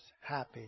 happy